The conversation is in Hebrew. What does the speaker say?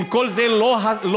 אם כל זה לא מסית,